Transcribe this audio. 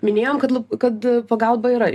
minėjom kad kad pagalba yra